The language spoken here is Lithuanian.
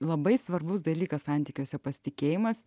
labai svarbus dalykas santykiuose pasitikėjimas